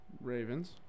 Ravens